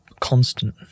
constant